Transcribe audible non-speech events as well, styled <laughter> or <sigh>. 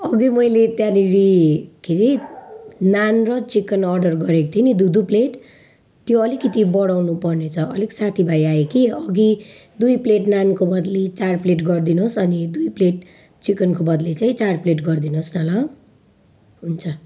अघि मैले त्यहाँनेरि <unintelligible> नान र चिकन अर्डर गरेको थिएँ नि दुई दुई प्लेट त्यो अलिकति बढाउनुपर्ने छ अलिक साथीभाइ आयो कि अघि दुई प्लेट नानको बद्ली चार प्लेट गरिदिनुहोस् अनि दुई प्लेट चिकनको बद्ली चाहिँ चार प्लेट गरिदिनुहोस् न ल हुन्छ